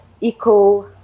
eco